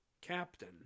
captain